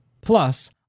Plus